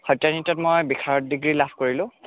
সত্ৰীয়া নৃত্যত মই বিশাৰদ ডিগ্ৰী লাভ কৰিলোঁ